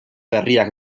berriak